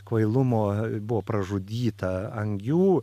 kvailumo buvo pražudyta angių